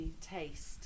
taste